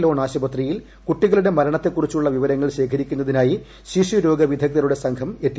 loan ആശുപത്രിയിൽ കുട്ടികളുടെ മരണത്തെക്കുറിച്ചുള്ള വിവരങ്ങൾ ശേഖരിക്കുന്നതിനായി കോട്ടയിലെത്തി